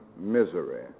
misery